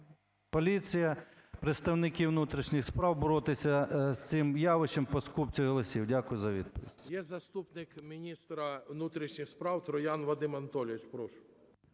поліція, представники внутрішніх справ боротися з цим явищем по скупці голосів? Дякую за відповідь. КУБІВ С.І. Є заступник міністра внутрішніх справ Троян Вадим Анатолійович. Прошу.